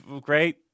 great